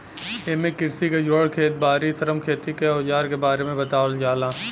एमे कृषि के जुड़ल खेत बारी, श्रम, खेती के अवजार के बारे में बतावल जाला